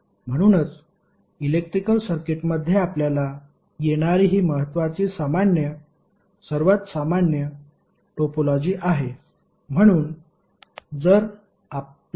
म्हणूनच इलेक्ट्रिकल सर्किटमध्ये आपल्याला येणारी हि महत्वाची सर्वात सामान्य टोपोलॉजी आहे